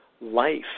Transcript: life